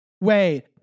wait